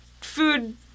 food